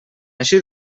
així